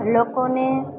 લોકોને